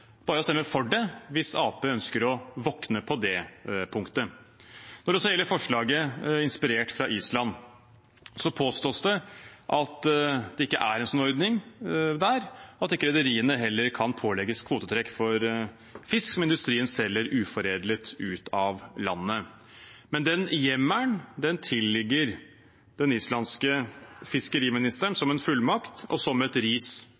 bare å stemme for det hvis Arbeiderpartiet ønsker å våkne på det punktet. Når det så gjelder forslaget, inspirert fra Island, påstås det at det ikke er en sånn ordning der, og at rederiene heller ikke kan pålegges kvotetrekk for fisk som industrien selger uforedlet ut av landet. Men den hjemmelen tilligger den islandske fiskeriministeren som en fullmakt og som et ris